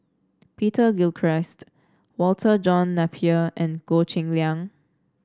Peter Gilchrist Walter John Napier and Goh Cheng Liang